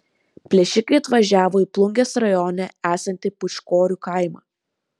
plėšikai atvažiavo į plungės rajone esantį pūčkorių kaimą